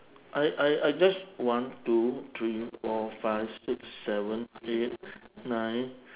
I I I just one two three four five six seven eight nine